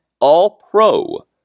All-Pro